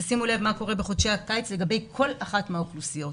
תשימו לב מה קורה בחודשי הקיץ לגבי כל אחת מהאוכלוסיות.